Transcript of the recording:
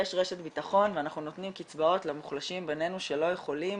יש רשת ביטחון ואנחנו נותנים קצבאות למוחלשים בינינו שלא יכולים